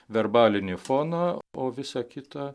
verbalinį foną o visa kita